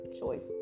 choice